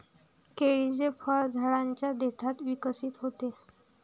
केळीचे फळ झाडाच्या देठात विकसित होते